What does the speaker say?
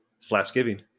Slapsgiving